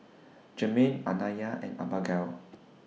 Germaine Anaya and Abagail